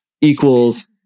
equals